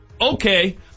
Okay